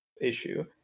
issue